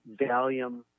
Valium